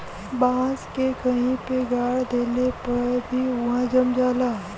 बांस के कहीं पे गाड़ देले पे भी उहाँ जम जाला